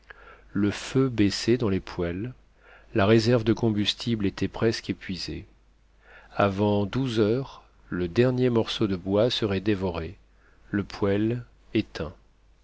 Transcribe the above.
le feu baissait dans les poêles la réserve de combustible était presque épuisée avant douze heures le dernier morceau de bois serait dévoré le poêle éteint